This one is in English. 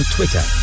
Twitter